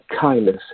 kindness